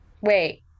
wait